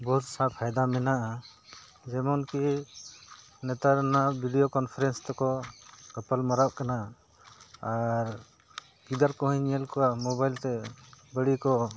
ᱵᱚᱦᱩᱫ ᱥᱟ ᱯᱷᱟᱭᱫᱟ ᱢᱮᱱᱟᱜᱼᱟ ᱡᱮᱢᱚᱱ ᱠᱤ ᱱᱮᱛᱟᱨ ᱚᱱᱟ ᱵᱷᱤᱰᱭᱳ ᱠᱚᱱᱯᱷᱟᱨᱮᱱᱥ ᱱᱛᱮᱠᱚ ᱜᱟᱯᱟᱞ ᱢᱟᱨᱟᱣ ᱠᱟᱱᱟ ᱟᱨ ᱜᱤᱫᱟᱹᱨ ᱠᱚᱦᱚᱸᱧ ᱧᱮᱞ ᱠᱚᱣᱟ ᱢᱚᱵᱟᱭᱤᱞ ᱛᱮ ᱵᱟᱹᱲᱤᱡᱟᱜ ᱠᱚ